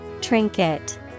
Trinket